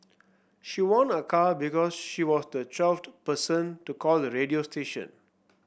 she won a car because she was the twelfth person to call the radio station